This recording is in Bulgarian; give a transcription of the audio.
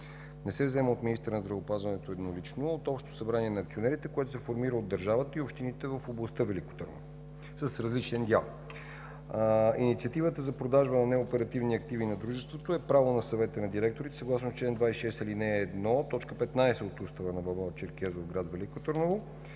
не се взема от министъра на здравеопазването еднолично, а от Общото събрание на акционерите, което се формира от държавата и общините в областта Велико Търново, с различен дял. Инициативата за продажба на неоперативни активи на дружеството е право на Съвета на директорите, съгласно чл. 26, ал. 1, т. 15 от Устава на МОБАЛ „Д-р Стефан Черкезов” – град Велико Търново,